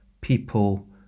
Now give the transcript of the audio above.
people